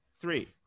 three